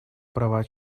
права